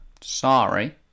Sorry